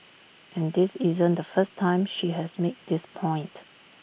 and this isn't the first time she has made this point